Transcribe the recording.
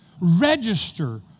register